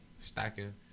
Stacking